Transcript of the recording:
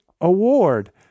award